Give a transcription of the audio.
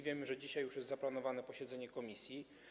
Wiemy, że dzisiaj już jest zaplanowane posiedzenie komisji.